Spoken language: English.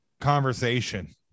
conversation